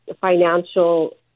financial